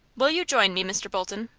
will you join me, mr. bolton?